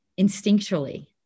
instinctually